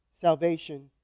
salvation